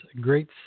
great